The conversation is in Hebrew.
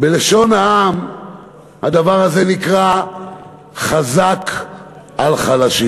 בלשון העם הדבר הזה נקרא חזק על חלשים.